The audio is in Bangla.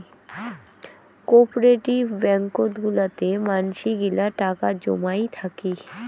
কোপরেটিভ ব্যাঙ্কত গুলাতে মানসি গিলা টাকা জমাই থাকি